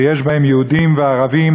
שיש בהם יהודים וערבים,